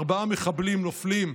ארבעה מחבלים נופלים,